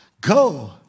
Go